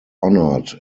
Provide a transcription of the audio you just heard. honoured